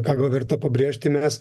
ką gal verta pabrėžti mes